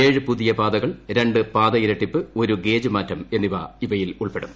ഏഴ് പുതിയ പാതകൾ ര ് പാതയിരട്ടിപ്പ് ഒരു ഗേജ് മാറ്റം എന്നിവ ഇവയിൽ ഉൾപ്പെടും